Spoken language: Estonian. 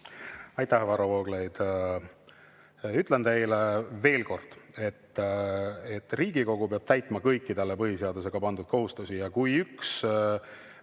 Aitäh, Varro Vooglaid! Ütlen teile veel kord, et Riigikogu peab täitma kõiki talle põhiseadusega pandud kohustusi ja kui